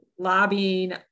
Lobbying